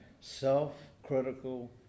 self-critical